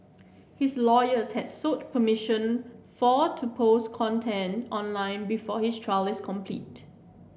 his lawyers had sought permission for to post content online before his trial is completed